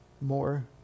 more